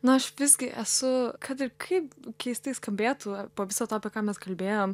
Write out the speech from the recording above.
na aš visgi esu kad ir kaip keistai skambėtų po viso to apie ką mes kalbėjom